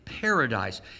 paradise